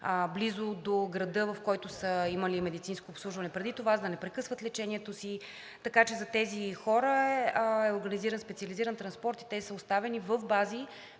близо до града, в който са имали медицинско обслужване преди това, за да не прекъсват лечението си. Така че за тези хора е организиран специализиран транспорт и те са оставени в бази